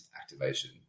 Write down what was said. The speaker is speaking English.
activation